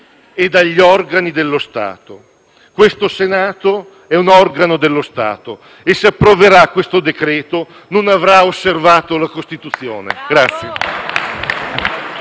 e dagli organi dello Stato. Questo Senato è un organo dello Stato e, se convertirà questo decreto-legge, non avrà osservato la Costituzione.